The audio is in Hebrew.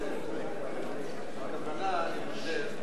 אני חושב,